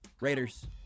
Raiders